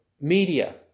media